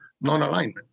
Non-Alignment